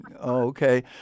Okay